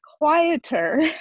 Quieter